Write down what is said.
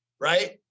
right